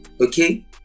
okay